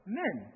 men